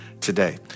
today